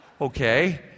Okay